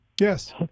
yes